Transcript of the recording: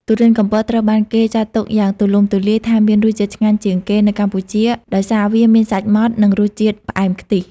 ធុរេនកំពតត្រូវបានគេចាត់ទុកយ៉ាងទូលំទូលាយថាមានរសជាតិឆ្ងាញ់ជាងគេនៅកម្ពុជា ដោយសារវាមានសាច់ម៉ដ្ត និងរសជាតិផ្អែមខ្ទិះ។